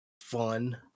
fun